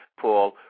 Paul